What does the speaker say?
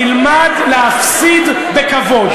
תלמד להפסיד בכבוד.